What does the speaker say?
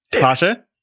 Pasha